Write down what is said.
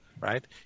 right